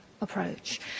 approach